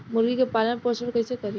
मुर्गी के पालन पोषण कैसे करी?